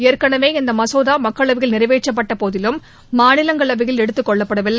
ஏற்கனவே இந்த மசோதா மக்களவையில் நிறைவேற்றப்பட்ட போதிலும் மாநிலங்களவையில் எடுத்துக்கொள்ளப்படவில்லை